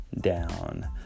down